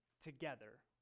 together